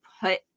put